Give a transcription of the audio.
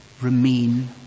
remain